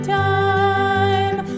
time